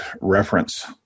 reference